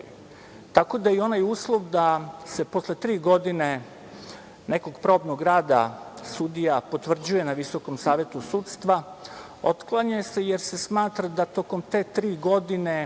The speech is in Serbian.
Tako da i onaj uslov da se posle tri godine nekog probnog rada sudija potvrđuje na Visokom savetu sudstva otklanja se, jer se smatra da tokom te tri godine